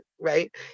right